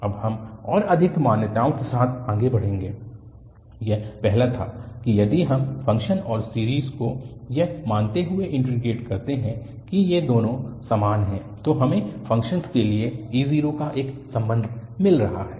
अब हम और अधिक मान्यताओं के साथ आगे बढ़ेंगे यह पहला था कि यदि हम फ़ंक्शन और सीरीज़ को यह मानते हुए इन्टीग्रेट करते हैं कि ये दोनों समान हैं तो हमें फ़ंक्शन के लिए a0 का एक संबंध मिला है